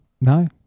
No